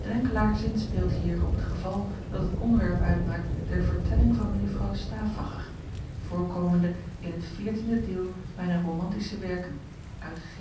drenkelaer zinspeelt hier op het geval dat het onderwerp uitmaakt der vertelling van mej de staaffacher voorkomende in het xiv deel mijner romantische werken uitg